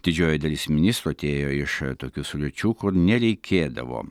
didžioji dalis ministrų atėjo iš tokių sričių kur nereikėdavo